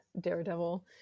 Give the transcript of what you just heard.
daredevil